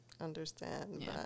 understand